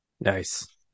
Nice